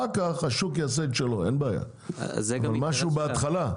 אחר כך השוק יעשה את שלו, אבל זה משהו בהתחלה.